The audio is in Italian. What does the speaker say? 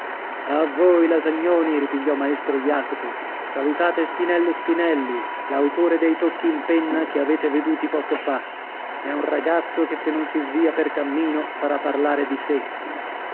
a voi lasagnoni ripigliò maestro jacopo salutate spinello spinelli l'autore dei tocchi in penna che avete veduti poco fa è un ragazzo che se non si svia per cammino farà parlare di sè